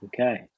Okay